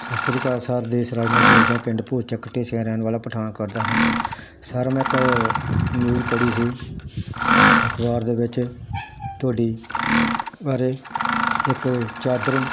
ਸਤਿ ਸ਼੍ਰੀ ਅਕਾਲ ਸਰ ਦੇਸ਼ ਰਾਜ ਮੈਂ ਬੋਲਦਾ ਪਿੰਡ ਭੂਰਚੱਕ ਢੇਸੀਆਂ ਰਹਿਣ ਵਾਲਾ ਪਠਾਨਕੋਟ ਦਾ ਹਾਂ ਸਰ ਮੈਂ ਇੱਕ ਨਿਊਜ਼ ਪੜ੍ਹੀ ਸੀ ਅਖਬਾਰ ਦੇ ਵਿੱਚ ਤੁਹਾਡੀ ਬਾਰੇ ਇੱਕ ਚਾਦਰ